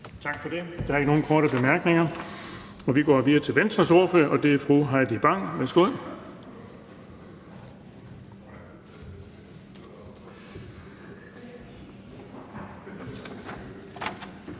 Tak for det. Der er ikke nogen korte bemærkninger. Vi går videre til Dansk Folkepartis ordfører, og det er hr. Alex Ahrendtsen. Værsgo.